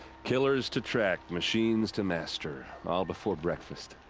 killers to track, machines to master. all before breakfast.